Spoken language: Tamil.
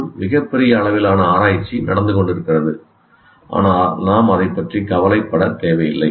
இன்னும் மிகப்பெரிய அளவிலான ஆராய்ச்சி நடந்து கொண்டிருக்கிறது ஆனால் நாம் அதைப் பற்றி கவலைப்படத் தேவையில்லை